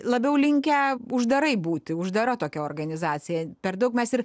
labiau linkę uždarai būti uždara tokia organizacija per daug mes ir